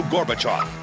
Gorbachev